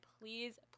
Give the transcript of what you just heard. please